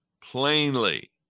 plainly